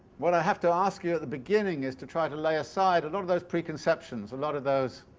what i have to ask you at the beginning is to try to lay aside a lot of those preconceptions, a lot of those